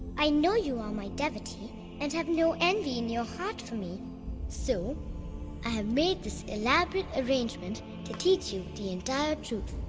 i know you are my devotee and have no envy in your heart for me and so i have made this elaborate arrangement to teach you the entire truth.